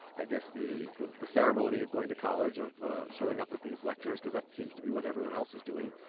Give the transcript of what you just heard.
i guess the the ceremony of going to college, of showing up at these lectures because that seems to be what everyone else is doing.